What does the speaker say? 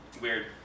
Weird